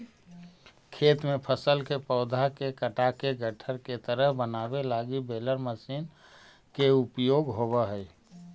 खेत में फसल के पौधा के काटके गट्ठर के तरह बनावे लगी बेलर मशीन के उपयोग होवऽ हई